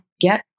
Get